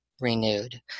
renewed